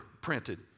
printed